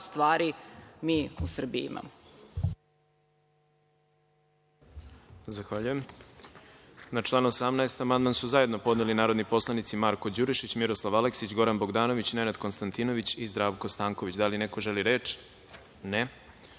stvari mi u Srbiji imamo.